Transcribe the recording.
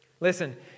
Listen